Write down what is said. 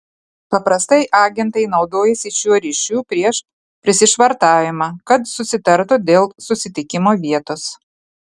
paprastai agentai naudojasi šiuo ryšiu prieš prisišvartavimą kad susitartų dėl susitikimo vietos